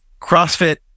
CrossFit